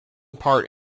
part